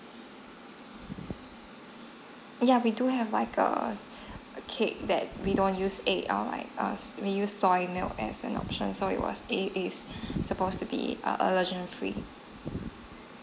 yeah we do have like a cake that we don't use egg err like err we use soy milk as an option so it was it is supposed to be a allergen free